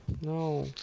No